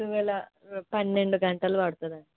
టువలా పన్నెండు గంటలు పడతదండి